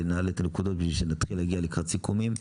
נעלה את הנקודות כדי שנתחיל להגיע לקראת סיכומים.